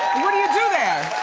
what do you do there?